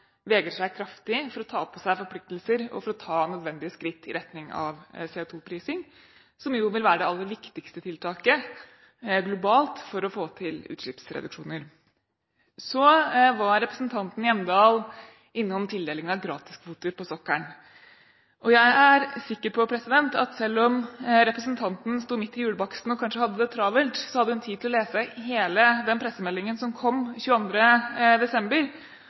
seg kraftig for å ta på seg forpliktelser og for ta nødvendige skritt i retning av CO2-prising, som vil være det aller viktigste tiltaket globalt for å få til utslippsreduksjoner. Representanten Hjemdal var innom tildelingen av gratiskvoter på sokkelen. Jeg er sikker på at selv om representanten sto midt i julebaksten og kanskje hadde det travelt, hadde hun tid til å lese hele den pressemeldingen som kom 22. desember,